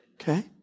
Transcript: Okay